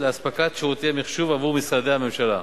לאספקת שירותי מחשוב עבור משרדי הממשלה.